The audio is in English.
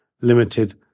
limited